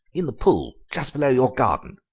in the pool just below your garden.